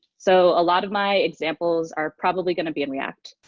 so a lot of my examples are probably going to be in react,